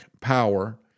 power